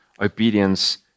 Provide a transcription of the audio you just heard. obedience